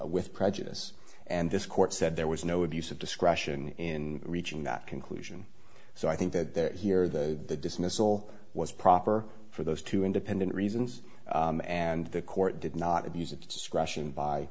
with prejudice and this court said there was no abuse of discretion in reaching that conclusion so i think that there here though the dismissal was proper for those two independent reasons and the court did not abuse of discretion by